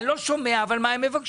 אני לא שומע אבל מה הם מבקשים,